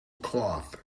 cloth